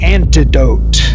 Antidote